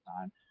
time